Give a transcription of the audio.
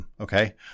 okay